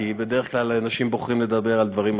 כי בדרך כלל אנשים בוחרים לדבר על דברים אחרים.